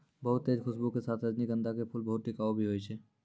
बहुत तेज खूशबू के साथॅ रजनीगंधा के फूल बहुत टिकाऊ भी हौय छै